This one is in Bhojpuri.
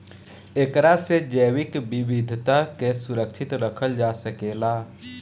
एकरा से जैविक विविधता के सुरक्षित रखल जा सकेला